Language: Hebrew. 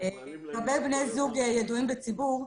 לגבי בני זוג וידועים בציבור,